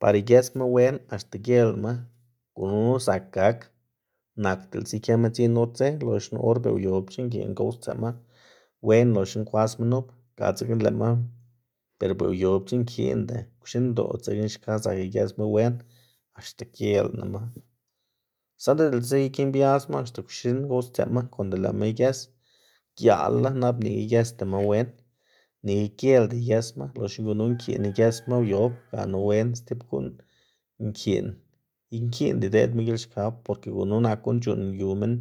Par igesma wen axta gielnama. Gunu zak gak nak diꞌltsa ikëma dziꞌn or dze, loxna or be uyobc̲h̲a nkiꞌn gow stseꞌma wen loxna kwasma nup, ga dzekna lëꞌma ber be uyobc̲h̲a nkiꞌnda kwxindoꞌ, dzekna xka zak igesma wen axta gielnama. Saꞌnda diꞌltsa ikimbiasma axta kwxin gowstseꞌma konde lëꞌma iges giaꞌlá nap nika igesdama wen nika gielda igesma, loxna gunu nkiꞌn igesma uyob gana wen stib guꞌn nkiꞌn ikiꞌnda ideꞌdma gilxkab porke gunu nak guꞌn c̲h̲uꞌnn yu minn